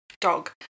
dog